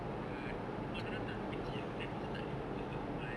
ya rumah dia orang terlalu kecik ah then also tak boleh work out kat rumah kan